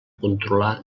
controlar